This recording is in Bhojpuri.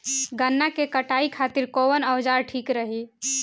गन्ना के कटाई खातिर कवन औजार ठीक रही?